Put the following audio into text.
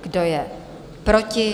Kdo je proti?